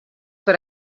per